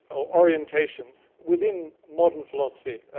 or orientations, within modern philosophy,